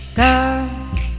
girls